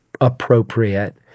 appropriate